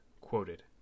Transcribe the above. quoted